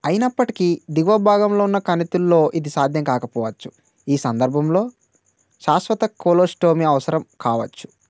అయినప్పటికీ దిగువ భాగంలో ఉన్న కణితుల్లో ఇది సాధ్యం కాకపోవచ్చు ఈ సందర్భంలో శాశ్వత కొలోస్టోమీ అవసరం కావచ్చు